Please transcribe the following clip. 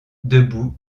debout